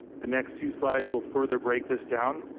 the next two slides will further break this down.